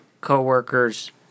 co-workers